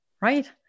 right